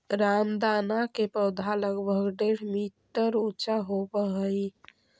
रामदाना के पौधा लगभग डेढ़ मीटर ऊंचा होवऽ हइ